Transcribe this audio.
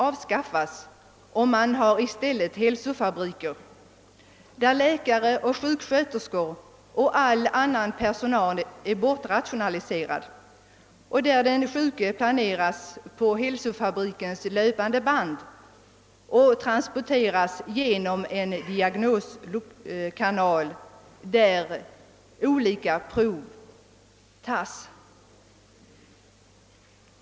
avskaffas och att man i stället har hälsofabriker, där läkare, sjuksköterskor och all annan personal är bortrationaliserad. Den sjuke placeras på hälsofabrikens löpande band och transporteras genom en diagnoskanal, där olika prover tas. Proven analyseras av en central dator.